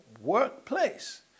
workplace